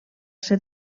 ser